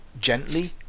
gently